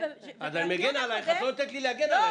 את לא נותנת לי להגן עליך.